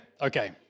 okay